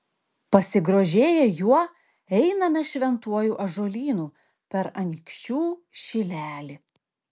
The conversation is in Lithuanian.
pasigrožėję juo einame šventuoju ąžuolynu per anykščių šilelį